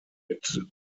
mit